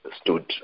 stood